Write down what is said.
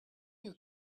you